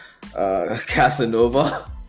Casanova